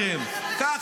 זה?